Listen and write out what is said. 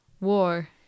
war